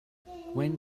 when